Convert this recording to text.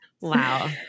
Wow